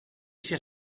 sia